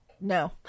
No